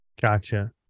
Gotcha